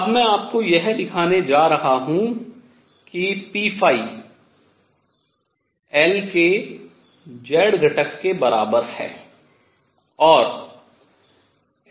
अब मैं आपको यह दिखाने जा रहा हूँ कि p L के z घटक के बराबर है